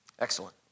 Excellent